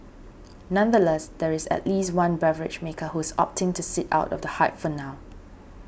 nonetheless there is at least one beverage maker who is opting to sit out of the hype for now